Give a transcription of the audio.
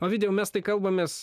ovidijau mes tai kalbamės